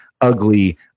ugly